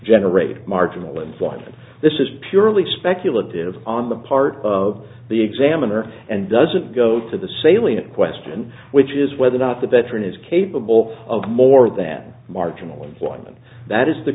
generate a marginal influence and this is purely speculative on the part of the examiner and doesn't go to the salient question which is whether or not the veteran is capable of more that marginal employment that is the